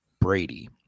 Brady